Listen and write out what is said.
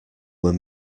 were